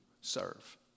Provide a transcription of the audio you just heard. serve